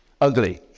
Ugly